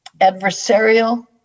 adversarial